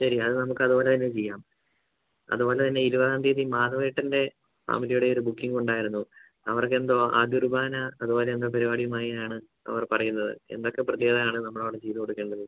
ശരി അത് നമുക്ക് അതുപോലെ തന്നെ ചെയ്യാം അതുപോലെ തന്നെ ഇരുപതാം തിയതി മാധവേട്ടൻ്റെ ഫാമിലിയുടെ ഒരു ബുക്കിംഗ് ഉണ്ടായിരുന്നു അവർക്കെന്തോ ആദ്യ കുർബാന അതുപോലെ എന്തോ പരിപാടിയുമായി ആണ് അവർ പറയുന്നത് എന്തൊക്കെ പ്രത്യേകതയാണ് നമ്മൾ അവിടെ ചെയ്തു കൊടുക്കേണ്ടത്